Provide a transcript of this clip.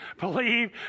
believe